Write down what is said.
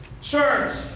church